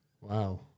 Wow